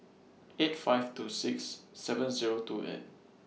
eight five two six seven Zero two eight